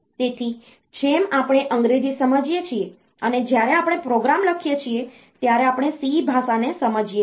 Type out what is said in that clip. તેથી જેમ આપણે અંગ્રેજી સમજીએ છીએ અને જ્યારે આપણે પ્રોગ્રામ લખીએ છીએ ત્યારે આપણે C ભાષાને સમજીએ છીએ